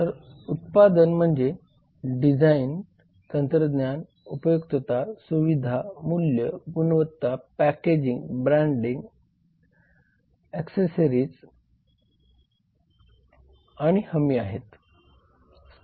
तर उत्पाद म्हणजे डिझाइन तंत्रज्ञान उपयुक्तता सुविधा मूल्य गुणवत्ता पॅकेजिंग ब्रँडिंग एक्स्येसरीज आणि हमी आहेत